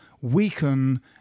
weaken